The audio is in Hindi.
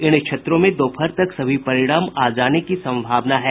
इन क्षेत्रों में दोपहर तक सभी परिणाम आ जाने की सम्भावना है